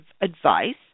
advice